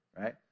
right